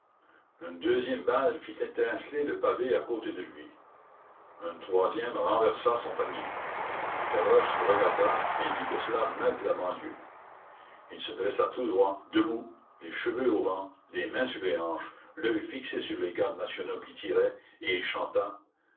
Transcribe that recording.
une deuxième balle fit étinceler le pavé à côté de lui une troisième renversa son panier gavroche regarda et vit que cela venait de la banlieue il se dressa tout droit debout les cheveux au vent les mains sur les hanches l'oeil fixé sur les gardes nationaux qui tiraient et il chanta